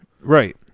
Right